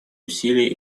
усилий